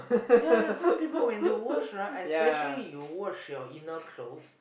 ya some people when they wash right especially you wash your inner clothes